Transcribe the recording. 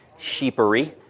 sheepery